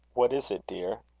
what is it, dear?